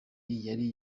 yari